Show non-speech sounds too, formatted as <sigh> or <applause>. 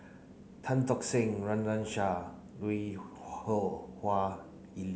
Tan Tock Seng Run Run Shaw Lui <unintelligible> Wah